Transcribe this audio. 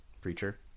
preacher